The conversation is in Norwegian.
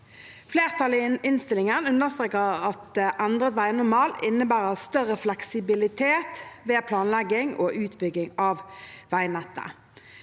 Flertallet i innstillingen understreker at endret veinormal innebærer større fleksibilitet ved planlegging og utbygging av veinettet.